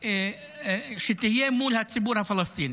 ותהיה מול הציבור הפלסטיני.